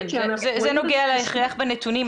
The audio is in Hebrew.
זה נוגע להכרח בנתונים.